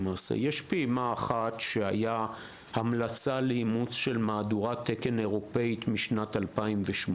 למעשה: פעימה אחת היא המלצה לאימוץ של מהדורת תקן אירופאית משנת 2008,